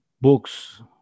books